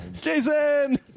Jason